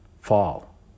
Fall